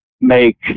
make